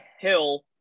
Hill